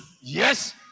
Yes